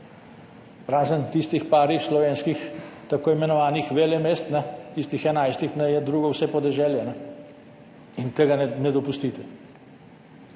razen tistih parih slovenskih tako imenovanih velemest, tistih 11-ih je drugo vse podeželje in tega ne dopustite.